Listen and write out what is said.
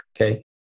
okay